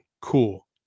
Cool